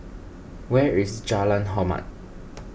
where is Jalan Hormat